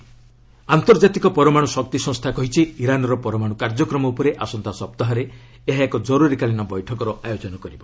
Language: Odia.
ଆଇଏଇଏ ଇରାନ୍ ଆନ୍ତର୍ଜାତିକ ପରମାଣୁ ଶକ୍ତି ସଂସ୍ଥା କହିଛି ଇରାନ୍ର ପରମାଣୁ କାର୍ଯ୍ୟକ୍ରମ ଉପରେ ଆସନ୍ତା ସପ୍ତାହରେ ଏହା ଏକ ଜର୍ରରିକାଳୀନ ବୈଠକର ଆୟୋଜନ କରିବ